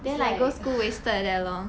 it's like